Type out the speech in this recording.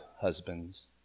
husbands